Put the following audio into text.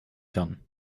kann